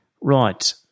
Right